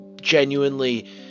genuinely